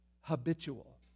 habitual